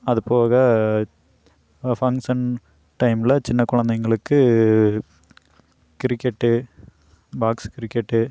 அதுபோக ஃபங்க்ஷன் டைம்ல சின்ன குழந்தைங்களுக்கு கிரிக்கெட் பாக்ஸ் கிரிக்கெட்